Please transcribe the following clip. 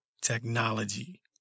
technology